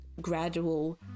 gradual